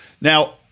Now